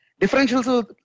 differentials